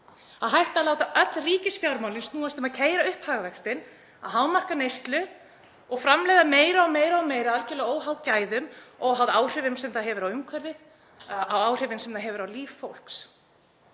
að hætta að láta öll ríkisfjármálin snúast um að keyra upp hagvöxtinn, að hámarka neyslu og framleiða meira og meira, algjörlega óháð gæðum og áhrifum sem það hefur á umhverfið, áhrifum sem það hefur á líf fólks.